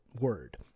word